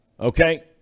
okay